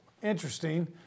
Interesting